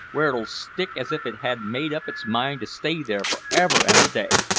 where it'll stick as if it had made up its mind to stay there for ever an' a day.